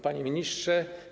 Panie Ministrze!